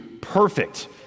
perfect